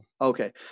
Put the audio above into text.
okay